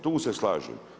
Tu se slažem.